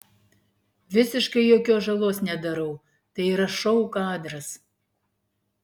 visiškai jokios žalos nedarau tai yra šou kadras